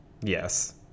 Yes